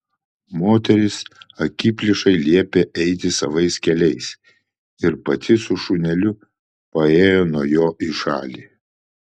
moteris akiplėšai liepė eiti savais keliais ir pati su šuneliu paėjo nuo jo į šalį